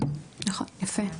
יפה.